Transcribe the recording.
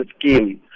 scheme